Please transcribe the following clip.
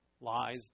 Lies